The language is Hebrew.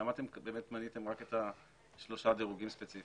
למה אתם מניתם באמת רק את שלושה הדירוגים הספציפיים?